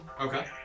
Okay